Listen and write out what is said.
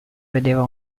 vedeva